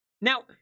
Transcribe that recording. Now